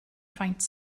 faint